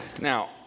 Now